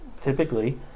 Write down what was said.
typically